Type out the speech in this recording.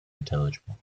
intelligible